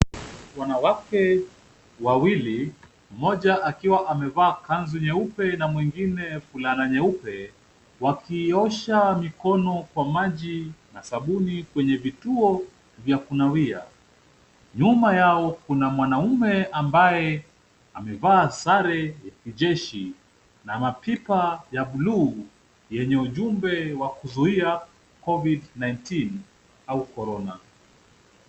Wanawake wawili, mmoja akiwa amevaa kanzu nyeupe na mwingine fulana nyeupe, wakiosha mikono kwa maji na sabuni kwenye vituo vya kunawia. Nyuma yao kuna mwanaume ambaye amevaa sare ya kijeshi na mapipa ya blue yenye ujumbe wa kuzuia covid-19 au korona.